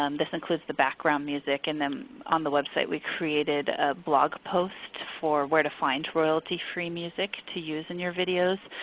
um this includes the background music. and um on the website we created a blog post on where to find royalty free music to use in your videos.